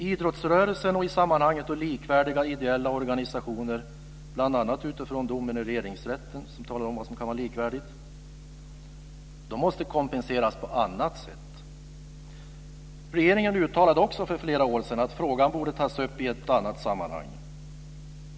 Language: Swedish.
Idrottsrörelsen och i sammanhanget likvärdiga ideella organisationer, bl.a. utifrån domen i Regeringsrätten som talar om vad som kan vara likvärdigt, måste kompenseras på annat sätt. Regeringen uttalade också för flera år sedan att frågan borde tas upp i ett annat sammanhang.